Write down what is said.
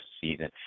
season